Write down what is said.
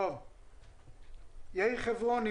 יאיר חברוני,